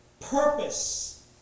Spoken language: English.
Purpose